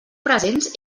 presents